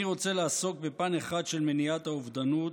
אני רוצה לעסוק בפן אחד של מניעת האובדנות,